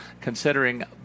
considering